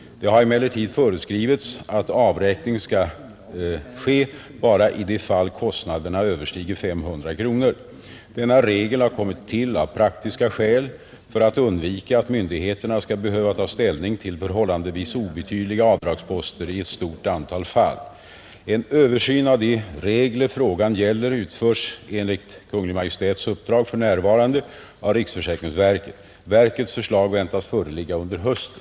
Det har emellertid föreskrivits att avräkning skall ske bara i de fall kostnaderna överstiger 500 kronor. Denna regel har kommit till av praktiska skäl, för att undvika att myndigheterna skall behöva ta ställning till förhållandevis obetydliga avdragsposter i ett stort antal fall. En översyn av de regler frågan gäller utförs enligt Kungl. Maj:ts uppdrag för närvarande av riksförsäkringsverket. Verkets förslag väntas föreligga under hösten,